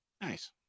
Nice